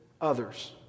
others